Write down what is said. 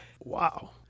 Wow